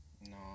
No